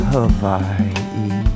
Hawaii